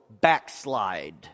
backslide